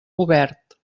obert